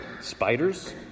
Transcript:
spiders